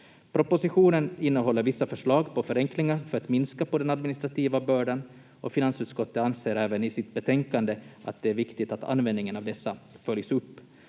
Propositionen innehåller vissa förslag på förenklingar för att minska på den administrativa bördan, och finansutskottet anser även i sitt betänkande att det är viktigt att användningen av dessa följs upp.